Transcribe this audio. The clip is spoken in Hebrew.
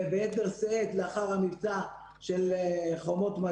וביתר שאת לאחר המבצע של שומר החומות.